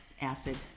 acid